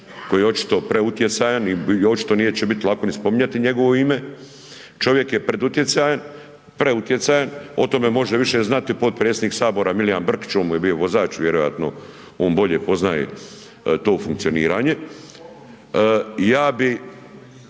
koji je očito preutjecajan i očito neće biti lako ni spominjati njegovo ime, čovjek je preutjecajan. O tome može više znati potpredsjednik Sabora Milijan Brkić on mu je bio vozač vjerojatno on bolje poznaje to funkcioniranje. Ja bih